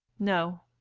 no.